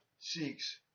seeks